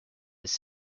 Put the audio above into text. his